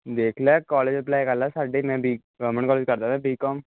ਦੇਖ ਲੈ college apply ਕਰ ਲਾ ਸਾਡੇ ਮੈਂ ਬੀ ਗੋਰਮੈਂਟ ਕਾਲਜ ਕਰਦਾ ਪਿਆ ਬੀਕੌਮ